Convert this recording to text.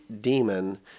demon